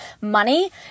money